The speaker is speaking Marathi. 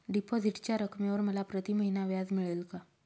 डिपॉझिटच्या रकमेवर मला प्रतिमहिना व्याज मिळेल का?